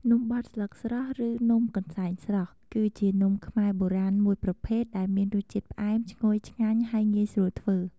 នំបត់ស្លឹកស្រស់ ឬនំកន្សែងស្រស់ គឺជានំខ្មែរបុរាណមួយប្រភេទដែលមានរសជាតិផ្អែម ឈ្ងុយ ឆ្ងាញ់ ហើយងាយស្រួលធ្វើ។